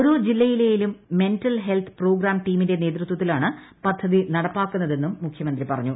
ഓരോ ജില്ലയിലേയും mental health programme ടീമിന്റെ നേതൃത്വത്തിലാണ് പദ്ധതി നടപ്പിലാക്കുന്നതെന്നും മുഖൃമന്ത്രി പറഞ്ഞു